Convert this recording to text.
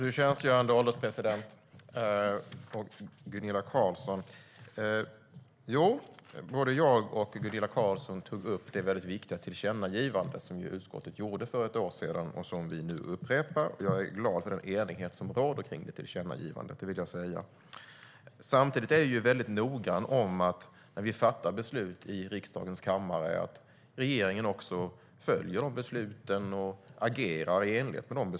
Fru ålderspresident! Både jag och Gunilla Carlsson tog upp det mycket viktiga tillkännagivande som utskottet gjorde för ett år sedan och som vi nu upprepar. Jag är glad för den enighet som råder kring detta tillkännagivande. Samtidigt är vi mycket noga med att regeringen följer de beslut som fattas i riksdagens kammare och agerar i enlighet med dem.